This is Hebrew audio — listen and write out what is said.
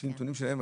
לפי נתונים שלהם,